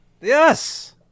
yes